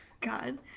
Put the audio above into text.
God